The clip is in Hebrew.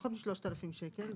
פחות מ-3,000 שקל.